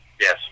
yes